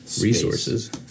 resources